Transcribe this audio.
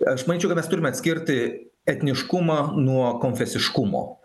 aš manyčiau kad mes turime atskirti etniškumą nuo konfesiškumo